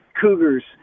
cougars